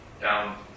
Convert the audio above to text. down